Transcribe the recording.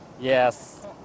Yes